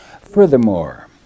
furthermore